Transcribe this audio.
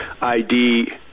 ID